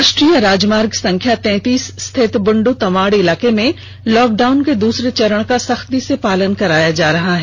राष्ट्रीय राजमार्ग संख्या तैंतीस स्थित बुंडू तमाड़ इलाके में लॉकडाउन के दूसरे चरण का सख्ती से पालन कराया जा रहा है